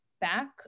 back